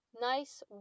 nice